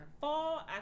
fall